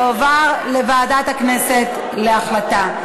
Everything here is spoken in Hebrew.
זה יועבר לוועדת הכנסת להחלטה.